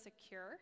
secure